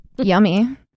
Yummy